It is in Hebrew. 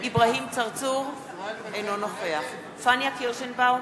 אברהים צרצור, אינו נוכח פניה קירשנבאום,